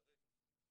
כרגע.